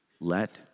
let